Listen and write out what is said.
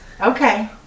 Okay